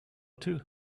too